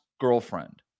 girlfriend